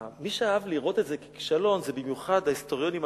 מי שאהב לראות את זה ככישלון זה במיוחד ההיסטוריונים הנוצרים,